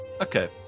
Okay